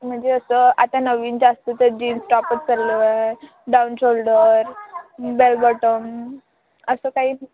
म्हणजे असं आता नवीन जास्त तर जीन्स टॉपच चालू आहे डाऊन शोल्डर बेलबॉटम असं काही